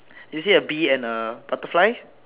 do you see a bee and a butterfly